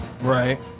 Right